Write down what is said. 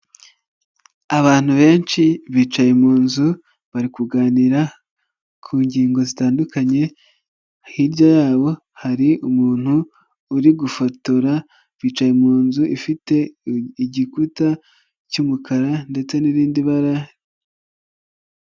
Abantu benshi bicaye mu nzu bari kuganira ku ngingo zitandukanye hirya yabo hari umuntu uri gufotora bicaye mu nzu ifite igikuta cy'umukara ndetse n'irindi bara.